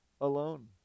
alone